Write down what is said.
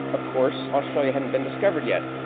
of course, australia hadn't been discovered yet.